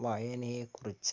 വായനയെക്കുറിച്ച്